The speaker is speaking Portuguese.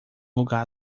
lugar